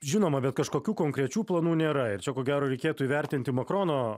žinoma bet kažkokių konkrečių planų nėra ir čia ko gero reikėtų įvertinti makrono